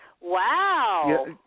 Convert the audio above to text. Wow